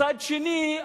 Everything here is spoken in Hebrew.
מצד שני,